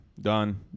Done